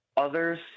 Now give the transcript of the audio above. Others